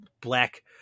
black